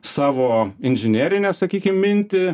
savo inžinerinę sakykim mintį